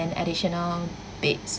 an additional bed